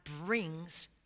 brings